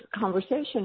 conversation